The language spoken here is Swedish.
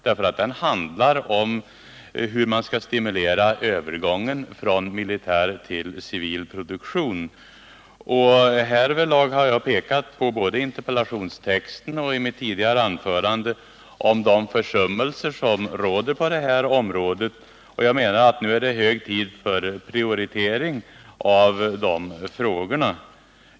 Den handlar ju om hur man skall stimulera övergång från militär till civil produktion. Härvidlag har jag pekat på, både i interpellationstexten och i mitt tidigare anförande, de försummelser som gjorts på det här området. Jag menar att det nu är hög tid för prioritering av de frågorna.